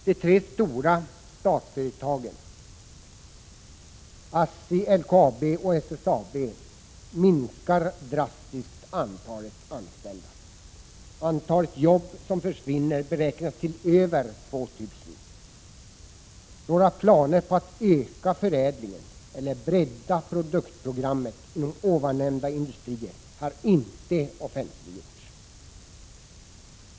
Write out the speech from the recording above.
De tre stora statsföretagen ASSI, LKAB och SSAB minskar drastiskt antalet anställda. Antalet jobb som försvinner beräknas till över 2 000. Några planer på att öka förädlingen eller bredda produktprogrammet inom ovannämnda industrier har inte offentliggjorts.